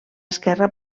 esquerra